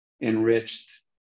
enriched